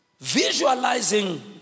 Visualizing